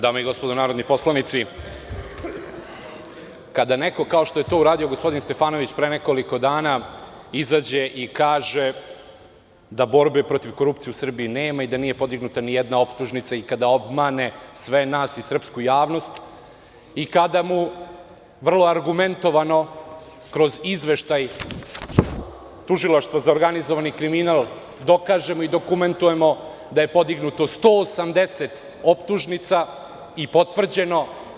Dame i gospodo narodni poslanici, kada neko kao što je to uradio gospodin Stefanović pre nekoliko dana, izađe i kaže da borbe protiv korupcije u Srbiji nema i da nije podignuta ni jedna optužnica, i kada obmane sve nas i srpsku javnost, i kada mu vrlo argumentovano kroz izveštaj Tužilaštva za organizovani kriminal dokažemo i dokumentujemo da je podignuto 180 optužnica i potvrđeno.